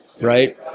Right